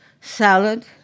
salad